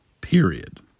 Period